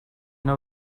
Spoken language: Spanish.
una